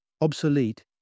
obsolete